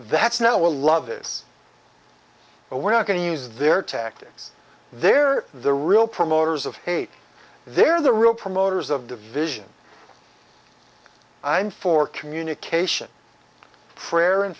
that's now a love is but we're not going to use their tactics they're the real promoters of hate they're the real promoters of division i'm for communication prayer and